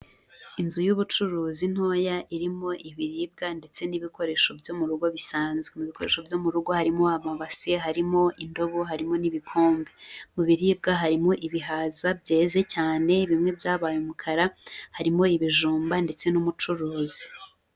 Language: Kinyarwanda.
Inzu y'ubucuruzi ntoya irimo ibiribwa ndetse n'ibikoresho byo mu rugo bisanzwe. Mu bikoresho byo mu rugo harimo amabase, harimo indobo, harimo n'ibikombe. Mu biribwa harimo ibihaza byeze cyane bimwe byabaye umukara, harimo ibijumba ndetse n'umucuruzi.